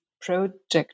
project